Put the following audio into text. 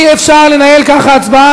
אי-אפשר לנהל ככה הצבעה,